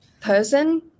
person